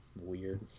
Weird